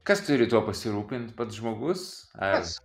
kas turi tuo pasirūpint pats žmogus ar